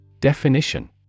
Definition